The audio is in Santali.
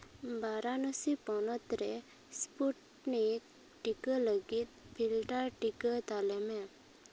ᱵᱟᱨᱟᱱᱚᱥᱤ ᱯᱚᱱᱚᱛ ᱨᱮ ᱥᱯᱩᱴᱱᱤᱠ ᱴᱤᱠᱟᱹ ᱞᱟᱹᱜᱤᱫ ᱯᱷᱤᱞᱴᱟᱨ ᱴᱤᱠᱟᱹ ᱛᱟᱞᱮᱢᱮ